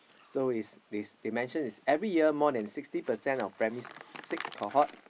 so is is they mention is every year more than sixty percent of primary six cohort